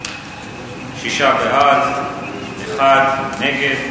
הצעת ועדת הכנסת